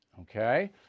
Okay